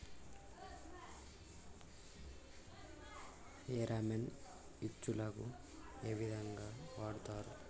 Pheromone ఉచ్చులకు ఏ విధంగా వాడుతరు?